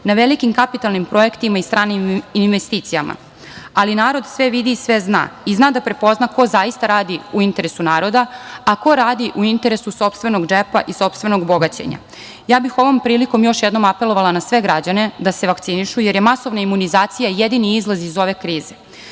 na velikim kapitalnim projektima i stranim investicijama. Ali, narod sve vidi i sve zna i zna da prepozna ko zaista radi u interesu naroda, a ko radi u interesu sopstvenog džepa i sopstvenog bogaćenja. Ja bih ovom prilikom još jednom apelovala na sve građane da se vakcinišu, jer je masovna imunizacija jedini izlaz iz ove